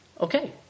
okay